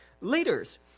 leaders